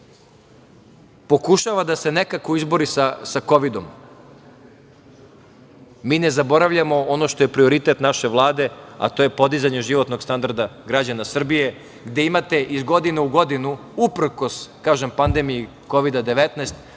pokušava da se nekako izbori sa kovidom. Mi ne zaboravljamo ono što je prioritet naše Vlade, a to je podizanje životnog standarda građana Srbije, gde imate iz godine u godinu, uprkos pandemiji Kovida 19